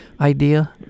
idea